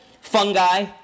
fungi